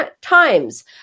times